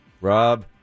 Rob